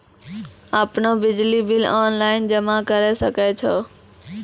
आपनौ बिजली bill online जमा करै सकै छौ?